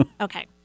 Okay